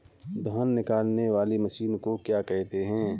धान निकालने वाली मशीन को क्या कहते हैं?